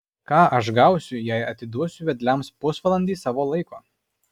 ką aš gausiu jei atiduosiu vedliams pusvalandį savo laiko